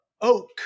oak